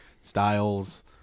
Styles